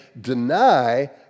deny